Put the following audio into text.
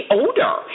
older